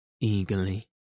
eagerly